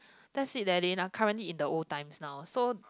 that's it they are currently in the old times now so